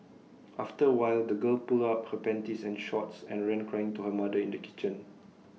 after A while the girl pulled up her panties and shorts and ran crying to her mother in the kitchen